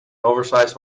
oversize